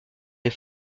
des